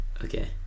Okay